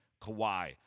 Kawhi